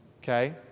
Okay